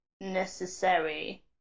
necessary